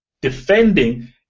Defending